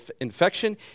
infection